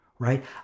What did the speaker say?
right